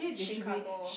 Chicago